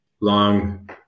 long